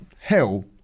hell